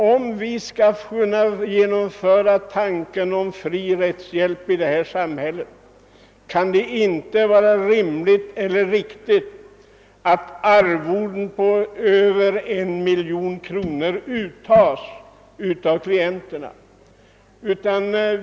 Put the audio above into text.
Om vi skall kunna genomföra tanken om fri rättshjälp i detta samhälle, kan det inte vara rimligt eller riktigt att arvoden på 1 miljon kronor uttas av klienterna.